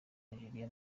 nigeria